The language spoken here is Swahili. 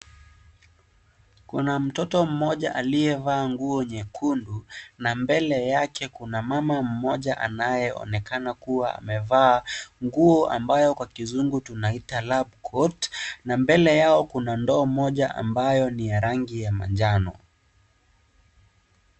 Kuna mtoto mmoja aliyevaa nguo nyekundu, na mbele yake kuna mama mmoja, anayeonekana kuwa amevaa nguo ambayo kwa kizungu tunaita, lab court , na mbele yao kuna ndoo moja, ambayo ni ya rangi ya manjano.